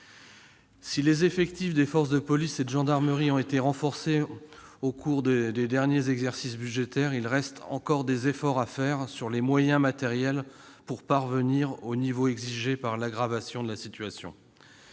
Si les effectifs des forces de police et de gendarmerie ont été renforcés au cours des derniers exercices budgétaires, des efforts restent à fournir en ce qui concerne les moyens matériels pour parvenir au niveau exigé par l'aggravation de la situation.